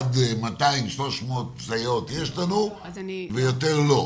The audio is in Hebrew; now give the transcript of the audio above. עד 200 או 300 סייעות יש לנו, ויותר לא.